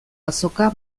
azoka